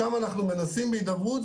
שם אנחנו מנסים להגיע להידברות.